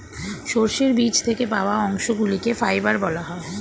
সর্ষের বীজ থেকে পাওয়া অংশগুলিকে ফাইবার বলা হয়